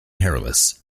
hairless